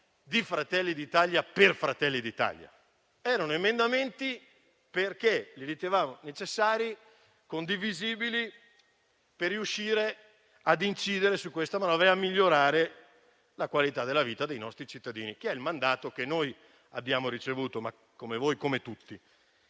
di Fratelli d'Italia, per Fratelli d'Italia; erano emendamenti che ritenevamo necessari e condivisibili per riuscire ad incidere su questa manovra e a migliorare la qualità della vita dei nostri cittadini, secondo il mandato che abbiamo ricevuto, come voi e come tutti.